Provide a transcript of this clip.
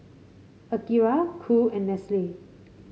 Akira Cool and Nestle